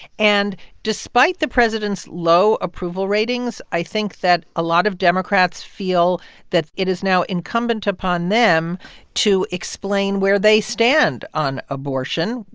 and despite the president's low approval ratings, i think that a lot of democrats feel that it is now incumbent upon them to explain where they stand on abortion,